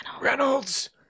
Reynolds